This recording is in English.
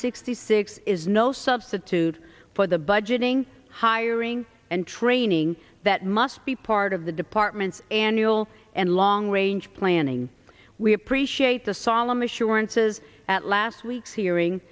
sixty six is no substitute for the budgeting hiring and training that must be part of the department's annual and long range planning we appreciate the solemn assurances at last week's hearing